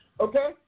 Okay